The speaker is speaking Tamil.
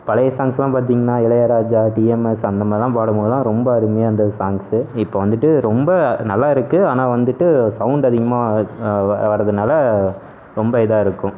பழைய சாங்க்ஸெல்லாம் பார்த்தீங்னா இளையராஜா டிஎம்எஸ் அந்தமாதிரிதான் பாடும் போதுதான் ரொம்ப அருமையாக இருந்தது சாங்க்ஸ் இப்போ வந்துட்டு ரொம்ப நல்லா இருக்குது ஆனால் வந்துட்டு சவுண்டு அதிகமாக வர்றதுனால் ரொம்ப இதாக இருக்கும்